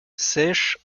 sèche